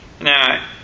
Now